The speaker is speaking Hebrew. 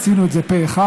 עשינו את זה פה אחד,